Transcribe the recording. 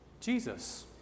Jesus